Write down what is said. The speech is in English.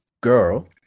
girl